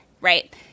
right